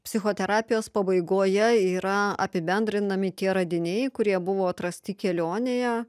psichoterapijos pabaigoje yra apibendrinami tie radiniai kurie buvo atrasti kelionėje